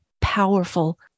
powerful